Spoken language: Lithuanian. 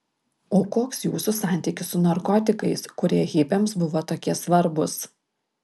o koks jūsų santykis su narkotikais kurie hipiams buvo tokie svarbūs